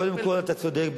קודם כול, אתה צודק.